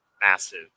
massive